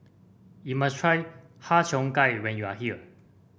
you must try Har Cheong Gai when you are here